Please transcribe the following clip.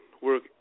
work